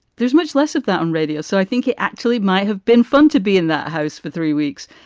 there's much less of that on radio. so i think it actually might have been fun to be in that house for three weeks.